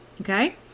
Okay